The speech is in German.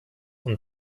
und